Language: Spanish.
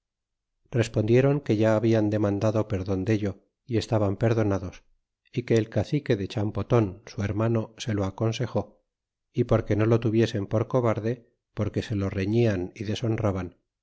respondiéron que ya habian demandado perdon dello y estaban perdonados y que el cacique de champoton su hermano se lo aconsejó y porque no lo tuviesen por cobarde porque se lo refrian y deshonraban